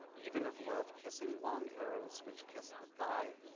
even of love kissing long arrows which kiss the thigh,